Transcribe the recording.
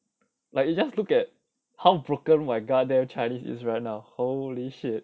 like you just look at how broken my god damn chinese is right now holy shit